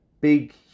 big